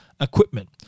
Equipment